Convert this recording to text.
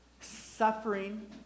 Suffering